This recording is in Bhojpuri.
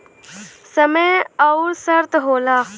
समय अउर शर्त होला